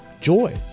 joy